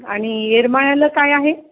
आणि येरमाळ्याला काय आहे